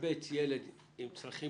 ישבץ ילד עם צרכים